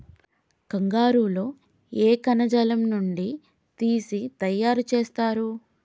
కంగారు లో ఏ కణజాలం నుండి తీసి తయారు చేస్తారు?